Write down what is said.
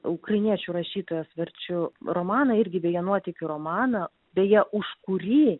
ukrainiečių rašytojos verčiu romaną irgi beje nuotykių romaną beje už kurį